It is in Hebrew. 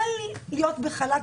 תן לי להיות בחל"ת,